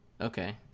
Okay